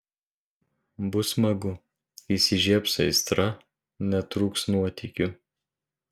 bus smagu įsižiebs aistra netrūks nuotykių